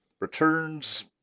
returns